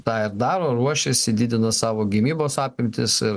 tą ir daro ruošiasi didina savo gynybos apimtis ir